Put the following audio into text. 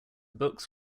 books